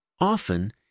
Often